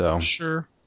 Sure